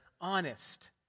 honest